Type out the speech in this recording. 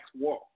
walk